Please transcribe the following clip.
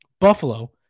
Buffalo